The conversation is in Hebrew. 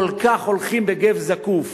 הולכים בגו כל כך זקוף,